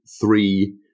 three